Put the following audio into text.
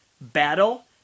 battle